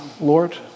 Lord